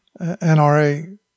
NRA